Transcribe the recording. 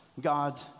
God